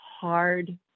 hard